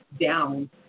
down